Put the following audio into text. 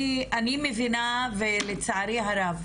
אני מבינה ולצערי הרב,